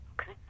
Okay